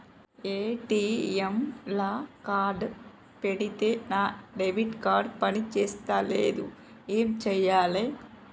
ATM లా card పెడితే నా డెబిట్ కార్డ్ పని చేస్తలేదు ఏం చేయాలే?